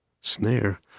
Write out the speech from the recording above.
Snare